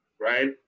right